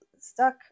stuck